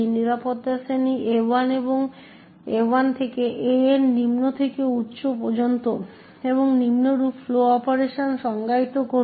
নিরাপত্তা শ্রেণী A1 থেকে AN নিম্ন থেকে উচ্চ পর্যন্ত এবং নিম্নরূপ ফ্লো অপারেশন সংজ্ঞায়িত করুন